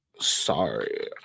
Sorry